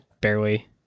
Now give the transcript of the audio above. barely